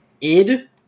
id